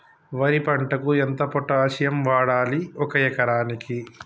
వరి పంటకు ఎంత పొటాషియం వాడాలి ఒక ఎకరానికి?